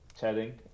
chatting